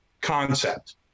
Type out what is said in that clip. concept